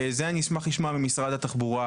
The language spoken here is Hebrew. ואת זה אני אשמח לשמוע ממשרד התחבורה,